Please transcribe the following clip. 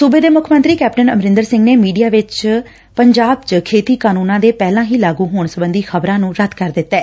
ਪੰਜਾਬ ਦੇ ਮੁੱਖ ਮੰਤਰੀ ਕੈਪਟਨ ਅਮਰਿੰਦਰ ਸਿੰਘ ਨੇ ਮੀਡੀਆ ਵਿਚ ਪੰਜਾਬ ਚ ਖੇਤੀ ਕਾਨੂੰਨਾਂ ਦੇ ਪਹਿਲਾਂ ਹੀ ਲਾਗੁ ਹੋਣ ਸਬੰਧੀ ਖ਼ਬਰਾਂ ਨੂੰ ਰੱਦ ਕਰ ਦਿੱਤੈ